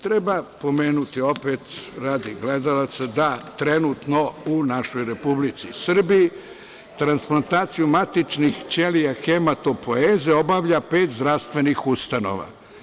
Treba pomenuti opet radi gledalaca, da trenutno u našoj Republici Srbiji transplantaciju matičnih ćelija hematopoeze obavlja pet zdravstvenih ustanova.